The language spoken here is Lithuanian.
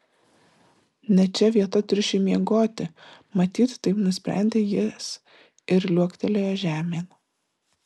ne čia vieta triušiui miegoti matyt taip nusprendė jis ir liuoktelėjo žemėn